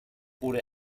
oder